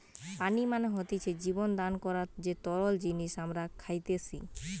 পানি মানে হতিছে জীবন দান করার যে তরল জিনিস আমরা খাইতেসি